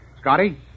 Scotty